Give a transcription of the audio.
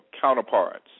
counterparts